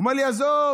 הוא אומר לי: עזוב,